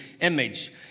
image